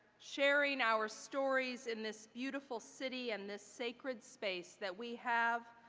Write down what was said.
sharing our stories in this beautiful city and this sacred space that we have,